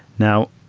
now,